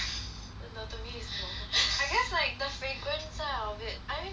no to me is normal I guess like the fragrance ah of it I mean